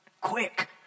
quick